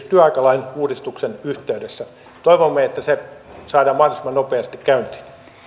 työaikalain uudistuksen yhteydessä toivomme että se saadaan mahdollisimman nopeasti käyntiin